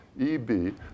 EB